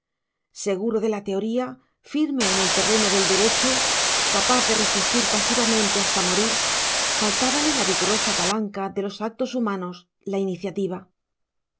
seguro de la teoría firme en el terreno del derecho capaz de resistir pasivamente hasta morir faltábale la vigorosa palanca de los actos humanos la iniciativa